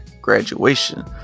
graduation